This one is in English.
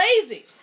lazy